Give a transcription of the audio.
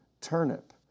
Turnip